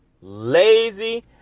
lazy